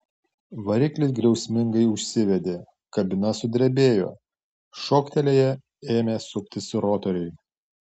variklis griausmingai užsivedė kabina sudrebėjo šoktelėję ėmė suktis rotoriai